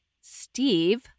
Steve